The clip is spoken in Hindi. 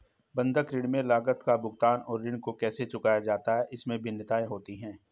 बंधक ऋण में लागत का भुगतान और ऋण कैसे चुकाया जाता है, इसमें भिन्नताएं होती हैं